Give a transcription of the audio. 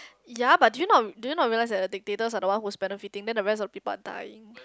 ya but do you not do you not realise that the dictators are the one who's benefiting then the rest of the people are dying